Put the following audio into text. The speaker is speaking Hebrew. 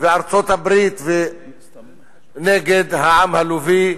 וארצות-הברית נגד העם הלובי,